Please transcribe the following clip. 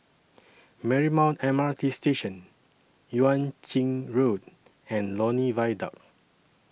Marymount M R T Station Yuan Ching Road and Lornie Viaduct